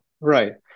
Right